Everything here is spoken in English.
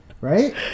Right